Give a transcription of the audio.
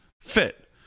fit